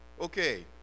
okay